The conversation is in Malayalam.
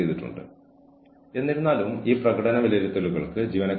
നിങ്ങൾ എന്താണ് ചെയ്യുക നിങ്ങൾ വേഗത്തിൽ പ്രവർത്തിക്കുക